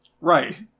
Right